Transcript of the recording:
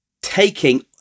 taking